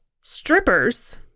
strippers